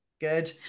Good